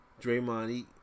Draymond